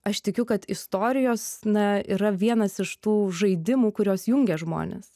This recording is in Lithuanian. aš tikiu kad istorijos na yra vienas iš tų žaidimų kurios jungia žmones